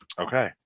Okay